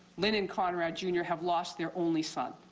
lynn and conrad junior have lost their only son.